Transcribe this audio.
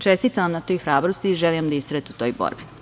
Čestitam vam na toj hrabrosti i želim vam da istrajete u toj borbi.